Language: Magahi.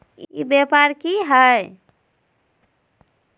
ई व्यापार की हाय?